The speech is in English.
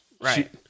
right